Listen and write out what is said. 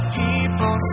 people